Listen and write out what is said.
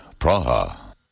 Praha